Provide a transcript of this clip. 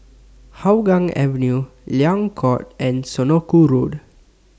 Hougang Avenue Liang Court and Senoko Road